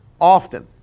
often